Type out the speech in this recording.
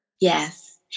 yes